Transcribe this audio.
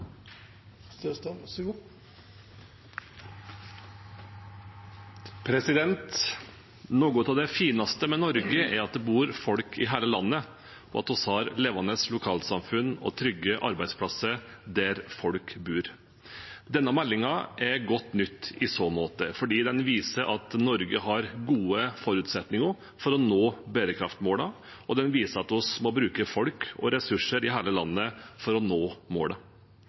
Noe av det fineste med Norge er at det bor folk i hele landet, og at vi har levende lokalsamfunn og trygge arbeidsplasser der folk bor. Denne meldingen er godt nytt i så måte, fordi den viser at Norge har gode forutsetninger for å nå bærekraftsmålene, og den viser at vi må bruke folk og ressurser i hele landet for å nå